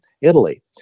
Italy